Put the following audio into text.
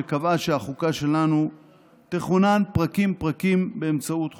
שקבעה שהחוקה שלנו תכונן פרקים-פרקים באמצעות חוקי-יסוד.